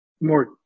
more